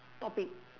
stop it